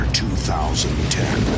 2010